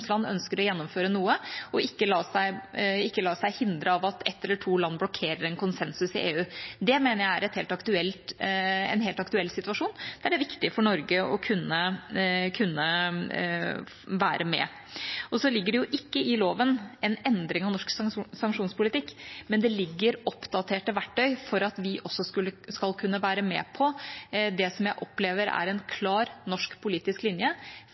ønsker å gjennomføre noe og ikke lar seg hindre av at ett eller to land blokkerer en konsensus i EU. Det mener jeg er en helt aktuell situasjon, der det er viktig for Norge å kunne være med. Så ligger det ikke i loven en endring av norsk sanksjonspolitikk, men det ligger oppdaterte verktøy for at vi også skal kunne være med på det som jeg opplever er en klar norsk politisk linje